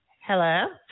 Hello